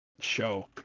show